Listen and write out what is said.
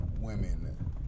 women